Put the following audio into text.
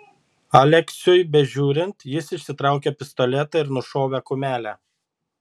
aleksiui bežiūrint jis išsitraukė pistoletą ir nušovė kumelę